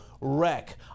wreck